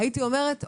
הייתי אומרת אוקיי.